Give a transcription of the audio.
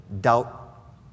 doubt